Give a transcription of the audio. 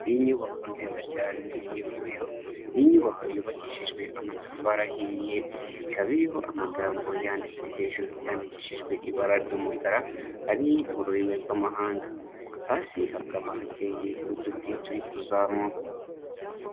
Inyubako nziza cyane y'ivuriro, ni inyubako yubakishijwe amatafari ahiye, ikaba iriho amagambo yanditse hejuru, yandikishijwe ibara ry'umukara, ari mu rurimi rw'amahanga. Hasi hakaba hateye uduti turi kuzamuka.